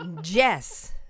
Jess